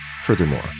Furthermore